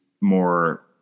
more